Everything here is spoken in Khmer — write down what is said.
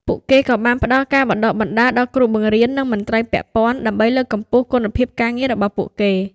ពួកគេក៏បានផ្តល់ការបណ្តុះបណ្តាលដល់គ្រូបង្រៀន និងមន្ត្រីពាក់ព័ន្ធ ដើម្បីលើកកម្ពស់គុណភាពការងាររបស់ពួកគេ។